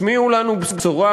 תשמיעו לנו בשורה,